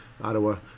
Ottawa